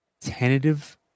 tentative